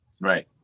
Right